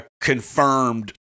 confirmed